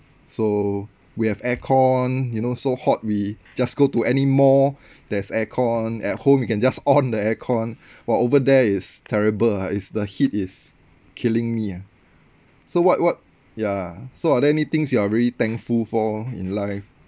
so we have aircon you know so hot we just go to any mall there's aircon at home you can just on the aircon while over there is terrible ah it's the heat is killing me ah so what what ya so are there any things you are really thankful for in life